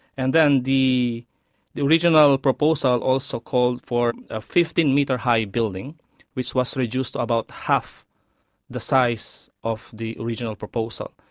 and then the the original proposal also called for a fifteen metre high building which was reduced about half the size of the original proposal.